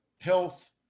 health